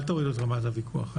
אל תוריד את רמת הוויכוח.